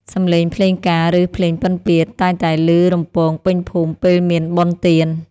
សម្លេងភ្លេងការ ឬភ្លេងពិណពាទ្យ តែងតែឮរំពងពេញភូមិពេលមានបុណ្យទាន។